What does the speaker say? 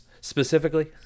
specifically